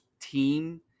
team